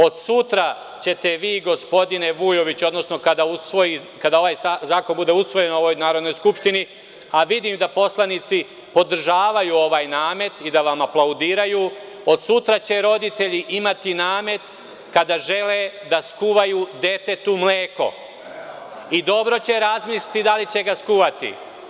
Od sutra ćete vi gospodine Vujoviću, odnosno kada ovaj zakon bude usvojen u ovoj Narodnoj skupštini, a vidim da poslanici podržavaju ovaj namet i da vam aplaudiraju, od sutra će roditelji imati namet kada žele da skuvaju detetu mleko i dobro će razmisliti da li će ga skuvati.